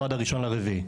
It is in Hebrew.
הוא עד ה-1 באפריל.